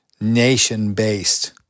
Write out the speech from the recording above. nation-based